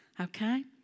Okay